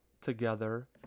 together